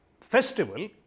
festival